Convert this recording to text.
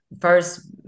first